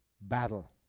battle